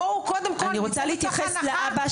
בואו קודם כל --- אני רוצה להתייחס לאבא,